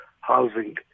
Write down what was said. housing